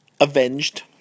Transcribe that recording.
avenged